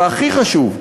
והכי חשוב,